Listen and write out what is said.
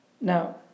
Now